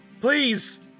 please